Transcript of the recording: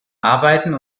arbeiten